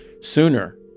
sooner